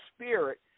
spirit